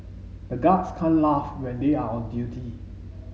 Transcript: the guards can't laugh when they are on duty